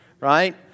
right